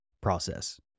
process